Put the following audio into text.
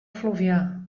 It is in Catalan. fluvià